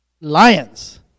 lions